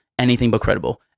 anythingbutcredible